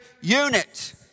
unit